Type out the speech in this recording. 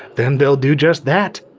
then they'll do just that.